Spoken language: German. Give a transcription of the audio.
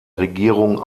regierung